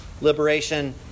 Liberation